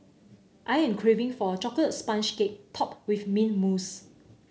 I am craving for a chocolate sponge cake topped with mint mousse